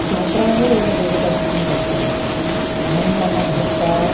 छात्राः एव दूरदर्शनं पश्यन्ति अहं मम भर्ता